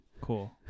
cool